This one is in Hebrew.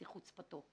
בשיא חוצפתו.